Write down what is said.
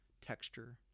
texture